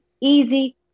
easy